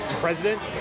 president